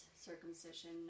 circumcision